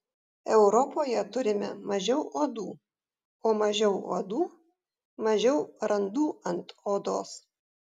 europoje turime mažiau uodų o mažiau uodų mažiau randų ant odos